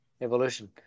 evolution